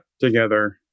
together